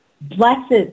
Blessed